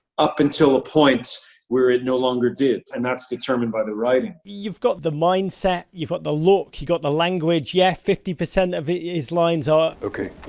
up until a point where it no longer did, and that's determined by the writing. you've got the mindset, you've got the look, you've got the language. yeah, fifty percent of it is lines art. kendall okay,